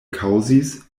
kaŭzis